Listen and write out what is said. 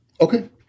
Okay